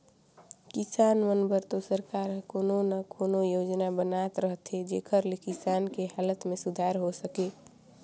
किसान मन बर तो सरकार हर कोनो न कोनो योजना बनात रहथे जेखर ले किसान के हालत में सुधार हो सके